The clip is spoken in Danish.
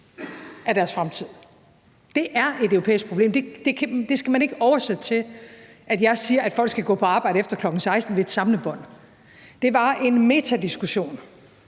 af deres fremtid. Det er et europæisk problem. Det skal man ikke oversætte til, at jeg siger, at folk skal gå på arbejde efter klokken 16 ved et samlebånd. Det var en metadiskussion.